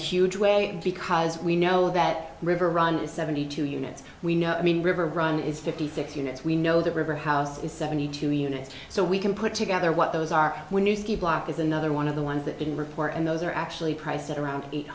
huge way because we know that river runs seventy two units we know i mean river run is fifty six units we know the river house is seventy two units so we can put together what those are when you see block is another one of the ones that didn't report and those are actually priced at around eight